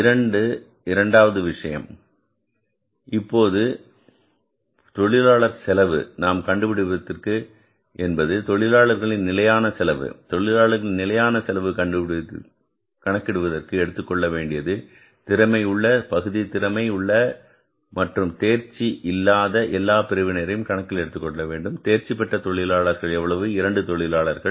இரண்டு இரண்டாவது விஷயம் இப்போது தொழிலாளர் செலவு நாம் கண்டுபிடிப்பதற்கு என்பது தொழிலாளர்களின் நிலையான செலவு தொழிலாளர்களின் நிலையான செலவு கணக்கிடுவதற்கு எடுத்துக்கொள்ள வேண்டியது திறமை உள்ள பகுதி திறமை உள்ள மற்றும் தேர்ச்சி இல்லாத எல்லாப் பிரிவினரையும் கணக்கில் எடுத்துக்கொள்ள வேண்டும் தேர்ச்சிபெற்ற தொழிலாளர்கள் எவ்வளவு 2 தொழிலாளர்கள்